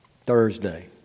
Thursday